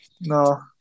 No